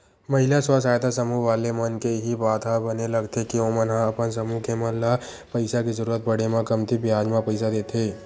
महिला स्व सहायता समूह वाले मन के इही बात ह बने लगथे के ओमन ह अपन समूह के मन ल पइसा के जरुरत पड़े म कमती बियाज म पइसा देथे